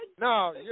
No